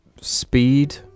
Speed